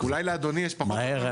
אולי לאדוני יש פחות --- מהר?